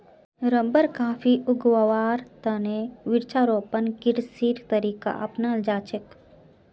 rubber, coffee उगव्वार त न वृक्षारोपण कृषिर तरीका अपनाल जा छेक